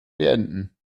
beenden